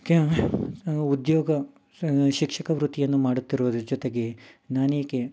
ಕ್ಯ ಉದ್ಯೋಗ ಶಿಕ್ಷಕ ವೃತ್ತಿಯನ್ನು ಮಾಡುತ್ತಿರುವುದರ ಜೊತೆಗೆ ನಾನೇಕೆ